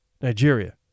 Nigeria